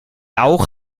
auch